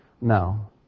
No